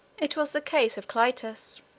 it was the case of clitus.